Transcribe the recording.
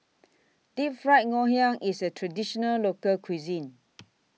Deep Fried Ngoh Hiang IS A Traditional Local Cuisine